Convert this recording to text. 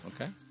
Okay